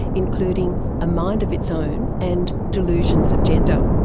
including a mind of its own and delusions of gender.